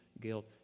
guilt